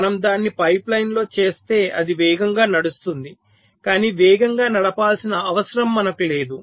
మనము దానిని పైప్లైన్లో చేస్తే అది వేగంగా నడుస్తుంది కాని వేగంగా నడపాల్సిన అవసరం మనకు లేదు